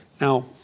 Now